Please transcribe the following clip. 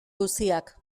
guziak